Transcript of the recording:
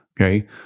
Okay